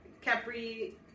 Capri